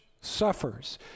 suffers